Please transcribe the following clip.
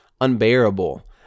unbearable